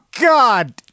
God